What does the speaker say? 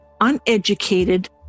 uneducated